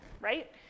right